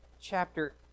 chapter